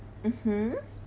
mmhmm